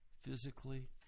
Physically